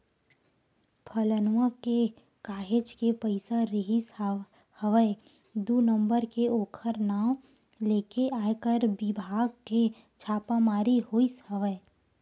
फेलनवा घर काहेच के पइसा रिहिस हवय दू नंबर के ओखर नांव लेके आयकर बिभाग के छापामारी होइस हवय